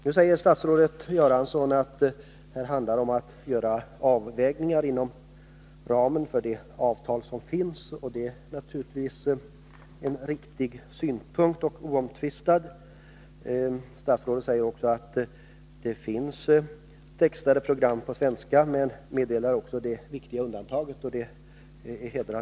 Nu säger statsrådet Göransson att det här handlar om att göra avvägningar inom ramen för de avtal som finns. Det är naturligtvis en riktig och oomtvistad synpunkt. Statsrådet säger också att det finns program som textas på svenska, men meddelar det viktiga undantaget Viikkokatsaus.